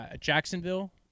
Jacksonville